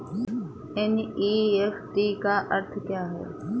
NEFT का अर्थ क्या है?